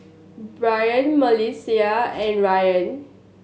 Bryon Melissia and Rayan